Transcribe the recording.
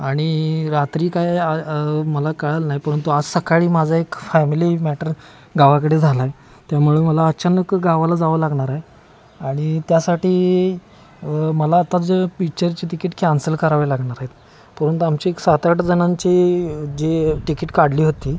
आणि रात्री काय मला कळलं नाही परंतु आज सकाळी माझा एक फॅमिली मॅटर गावाकडे झाला आहे त्यामुळं मला अचानक गावाला जावं लागणार आहे आणि त्यासाठी मला आता ज पिच्चरची तिकीट कॅन्सल करावे लागणार आहेत परंतु आमची एक सात आठजणांची जी तिकीट काढली होती